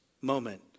moment